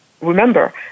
remember